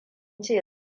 ce